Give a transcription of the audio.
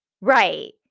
right